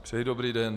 Přeji dobrý den.